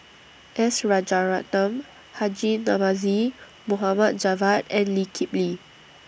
S Rajaratnam Haji Namazie Mohd Javad and Lee Kip Lee